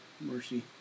mercy